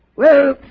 well,